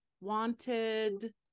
wanted